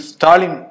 Stalin